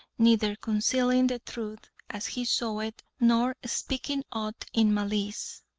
neither concealing the truth as he saw it, nor speaking aught in malice.